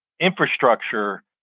infrastructure